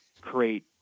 Create